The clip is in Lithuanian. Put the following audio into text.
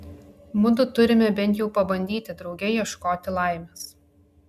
mudu turime bent jau pabandyti drauge ieškoti laimės